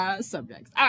subjects